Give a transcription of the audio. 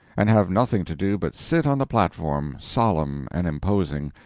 and have nothing to do but sit on the platform, solemn and imposing,